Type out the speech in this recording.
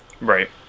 Right